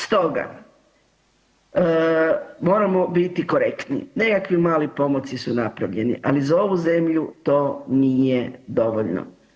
Stoga moramo biti korektni, nekakvi mali pomaci su napravljeni, ali za ovu zemlju to nije dovoljno.